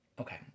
Okay